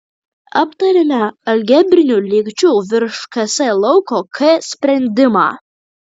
aptarėme algebrinių lygčių virš ks lauko k sprendimą